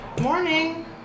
Morning